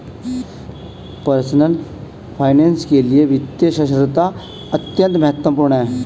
personal finance के लिए वित्तीय साक्षरता अत्यंत महत्वपूर्ण है